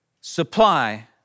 supply